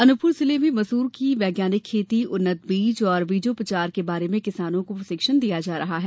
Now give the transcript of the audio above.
अनूपपुर जिले में मसूर की वैज्ञानिक खेती उन्नत बीज और बीजोपचार के बारे में किसानो को प्रशिक्षण दिया जा रहा है